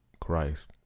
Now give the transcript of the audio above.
Christ